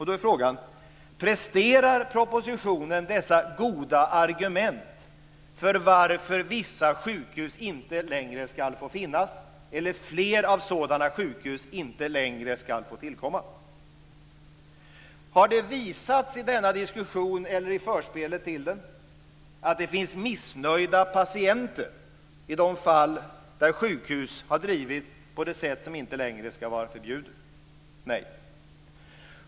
Då är frågan: Presterar propositionen goda argument för att vissa sjukhus inte längre ska få finnas eller fler sådana sjukhus inte längre ska få tillkomma? Har det visats i denna diskussion eller i förspelet till den att det finns missnöjda patienter i de fall där sjukhus har drivits på det sätt som inte längre ska vara tillåtet? Nej.